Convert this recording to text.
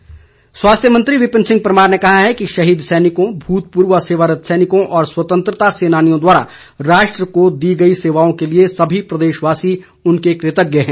परमार स्वास्थ्य मंत्री विपिन परमार ने कहा है कि शहीद सैनिकों भूतपूर्व व सेवारत सैनिकों और स्वतंत्रता सैनानियों द्वारा राष्ट्र को दी गई सेवाओं के लिए सभी प्रदेशवासी उनके कृतज्ञ हैं